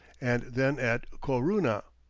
and then at corunna.